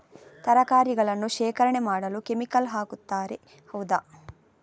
ತರಕಾರಿಗಳನ್ನು ಶೇಖರಣೆ ಮಾಡಲು ಕೆಮಿಕಲ್ ಹಾಕುತಾರೆ ಹೌದ?